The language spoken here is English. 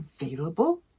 available